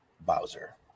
Bowser